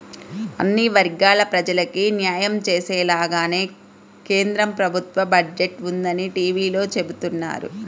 అన్ని వర్గాల ప్రజలకీ న్యాయం చేసేలాగానే కేంద్ర ప్రభుత్వ బడ్జెట్ ఉందని టీవీలో చెబుతున్నారు